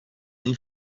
این